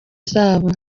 zabo